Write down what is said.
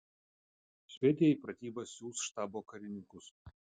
švedija į pratybas siųs štabo karininkus